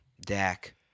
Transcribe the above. Dak